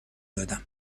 دادم